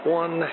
one